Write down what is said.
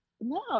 No